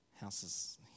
Houses